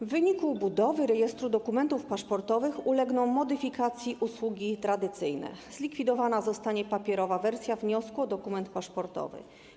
W wyniku budowy rejestru dokumentów paszportowych ulegną modyfikacji usługi tradycyjne, zlikwidowana zostanie papierowa wersja wniosku o dokument paszportowy.